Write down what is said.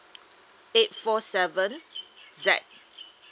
eight four seven Z